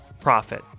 profit